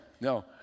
no